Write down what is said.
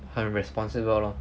很 responsible lor